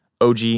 OG